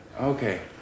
Okay